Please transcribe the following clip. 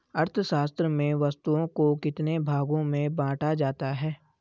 अर्थशास्त्र में वस्तुओं को कितने भागों में बांटा जाता है?